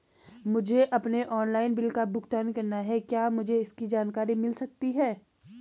मुझे अपने ऑनलाइन बिलों का भुगतान करना है क्या मुझे इसकी जानकारी मिल सकती है?